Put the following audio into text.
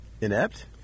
inept